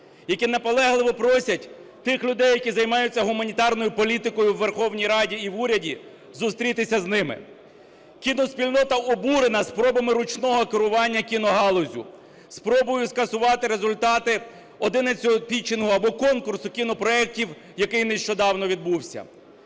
які наполегливо просять тих людей, які займаються гуманітарною політикою у Верховній Раді і в уряді, зустрітися з ними. Кіноспільнота обурена спробами ручного керування кіногалуззю, спробою скасувати результати одинадцятого пітчингу або конкурсу кніопроектів, який нещодавно відбувся.